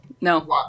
No